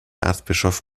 erzbischof